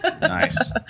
nice